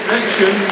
action